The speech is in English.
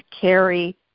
carry